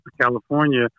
California